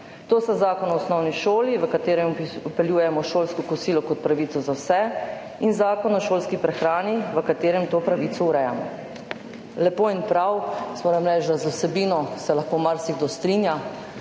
To so Zakon o osnovni šoli, v katerem vpeljujemo šolsko kosilo kot pravico za vse, in Zakon o šolski prehrani, v katerem to pravico ureja.« Lepo in prav. Jaz moram reči, da se lahko z vsebino marsikdo strinja.